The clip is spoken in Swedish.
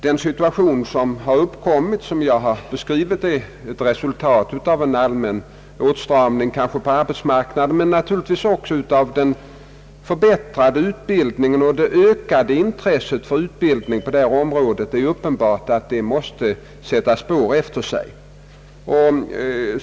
Den situation som har uppkommit och som jag har beskrivit är väl närmast resultatet av en allmän åtstramning på arbetsmarknaden men naturligtvis också av den förbättrade utbildningen och det ökade intresset för utbildning på detta område. Uppenbart måste det sätta spår efter sig.